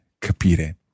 capire